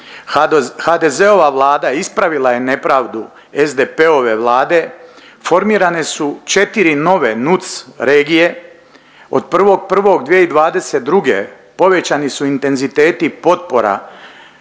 HDZ-ova Vlada ispravila je nepravdu SDP-ove vlade. Formirane su 4 nove NUTS regije. Od 1.1.2022. povećani su intenziteti potpora